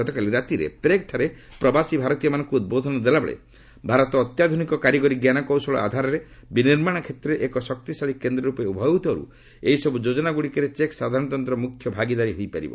ଗତକାଲି ରାତିରେ ପ୍ରେଗ୍ଠାରେ ପ୍ରବାସୀ ଭାରତୀୟମାନଙ୍କୁ ଉଦ୍ବୋଧନ ଦେଲାବେଳେ ଭାରତ ଅତ୍ୟାଧୁନିକ କାରିଗର ଜ୍ଞାନକୌଶଳ ଆଧାରରେ ବିନିର୍ମାଣ କ୍ଷେତ୍ରରେ ଏକ ଶକ୍ତିଶାଳୀ କେନ୍ଦ୍ର ରୂପେ ଉଭା ହୋଇଥିବାରୁ ଏହିସବୁ ଯୋଜନାଗୁଡିକରେ ଚେକ୍ ସାଧାରଣତନ୍ତ୍ର ମୁଖ୍ୟ ଭାଗିଦାରୀ ହୋଇପାରିବ